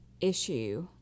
issue